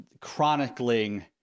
chronicling